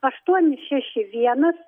aštuoni šeši vienas